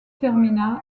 termina